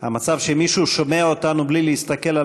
המצב הוא שמי ששומע אותנו בלי להסתכל על